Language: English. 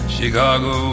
Chicago